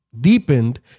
deepened